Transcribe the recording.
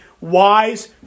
wise